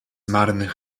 marnych